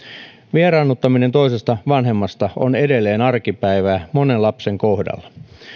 vieraannuttaminen toisesta vanhemmasta on edelleen arkipäivää monen lapsen kohdalla